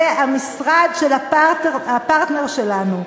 זה המשרד של הפרטנר שלנו,